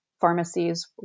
pharmacies